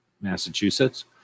Massachusetts